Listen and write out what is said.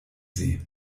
sie